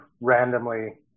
randomly